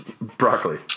Broccoli